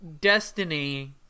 Destiny